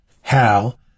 Hal